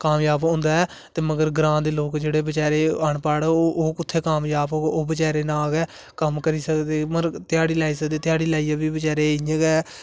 कामजाब होंदा ऐ ते मगर ग्रां दे लोक जेहडे़ बचारे अनपढ़ ओह् कुत्थै कामजाब होग ओह् बचारे नां गै कम्म करी सकदे मगर त्याड़ी लाई सकदे थ्याड़ी लाई बी बचारे इयां गै